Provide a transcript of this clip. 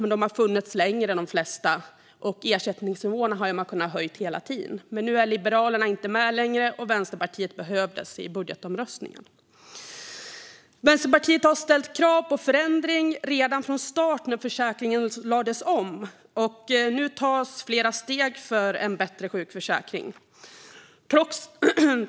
Men de har funnits längre än de flesta, och ersättningsnivåerna har man kunnat höja hela tiden. Men nu är Liberalerna inte med längre, och Vänsterpartiet behövdes i budgetomröstningen. Vänsterpartiet ställde krav på förändring redan från start när försäkringen lades om, och nu tas flera steg för en bättre sjukförsäkring.